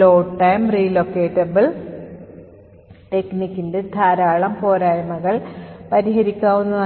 load time relocatable ടെക്നിക്കിന്റെ ധാരാളം പോരായ്മകൾ പരിഹരിക്കാവുന്നതാണ്